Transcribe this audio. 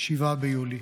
7 ביולי